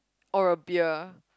or a beer